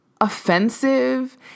offensive